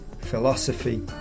philosophy